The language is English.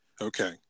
Okay